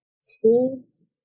schools